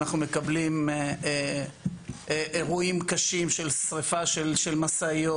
כל יום אנחנו מקבלים אירועים קשים של שריפת משאיות,